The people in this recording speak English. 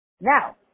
Now